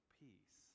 peace